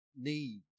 need